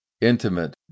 intimate